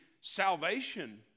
salvation